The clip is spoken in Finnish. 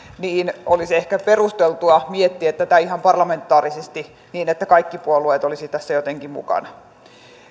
niin olisi ehkä perusteltua miettiä tätä ihan parlamentaarisesti niin että kaikki puolueet olisivat tässä jotenkin mukana